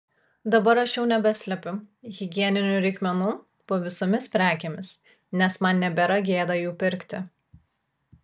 dabar aš jau nebeslepiu higieninių reikmenų po visomis prekėmis nes man nebėra gėda jų pirkti